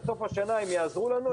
אם יעזרו לנו,